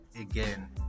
again